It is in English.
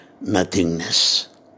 nothingness